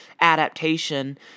adaptation